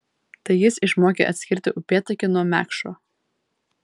tai jis išmokė atskirti upėtakį nuo mekšro